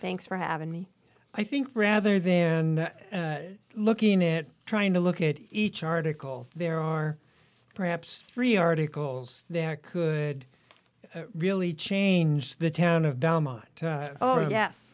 thanks for having me i think rather than looking it trying to look at each article there are perhaps three articles that could really change the town o